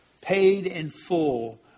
paid-in-full